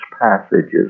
passages